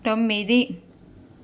తొమ్మిది